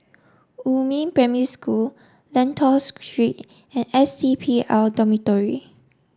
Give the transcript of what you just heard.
Yumin Primary School Lentor Street and S C P L Dormitory